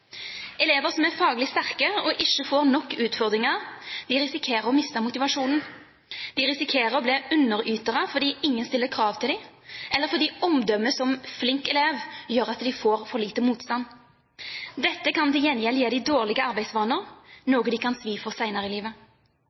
Elever som er faglig sterke og ikke får nok utfordringer, risikerer å miste motivasjonen. De risikerer å bli underytere fordi ingen stiller krav til dem, eller fordi omdømmet som flink elev gjør at de får for lite motstand. Dette kan til gjengjeld gi dem dårlige arbeidsvaner, noe de kan få svi for senere i livet.